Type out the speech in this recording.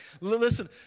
Listen